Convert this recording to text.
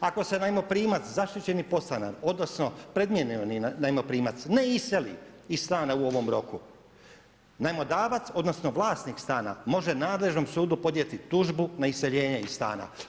Ako se najmoprimac zaštićeni podstanar odnosno … najmoprimac ne iseli iz stana u ovom roku, najmodavac odnosno vlasnik stana može nadležnom sudu podnijeti tužbu na iseljenje iz stana“